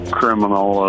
criminal